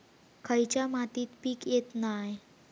खयच्या मातीत पीक येत नाय?